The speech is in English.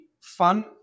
fun